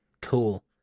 Cool